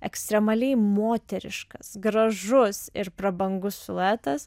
ekstremaliai moteriškas gražus ir prabangus siluetas